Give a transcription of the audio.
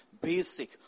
basic